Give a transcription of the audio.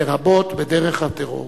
לרבות בדרך הטרור.